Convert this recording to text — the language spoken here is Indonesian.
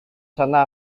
sana